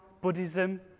Buddhism